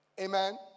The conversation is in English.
Amen